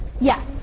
Yes